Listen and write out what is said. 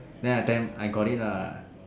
then I tell him I got it lah